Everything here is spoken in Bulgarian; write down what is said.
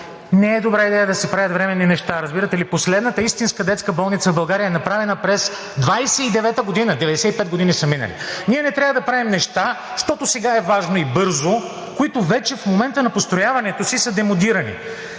Не е добра идея да се правят временни неща, разбирате ли? Последната истинска детска болница в България е направена през 1929 г., 95 години са минали. Ние не трябва да правим неща, защото сега е важно и бързо, които вече в момента на построяването си са демодирани.